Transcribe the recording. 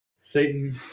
Satan